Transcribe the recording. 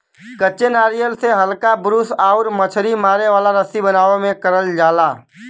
कच्चे नारियल से हल्का ब्रूस आउर मछरी मारे वाला रस्सी बनावे में करल जाला